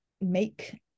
make